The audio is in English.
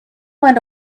went